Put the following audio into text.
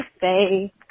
say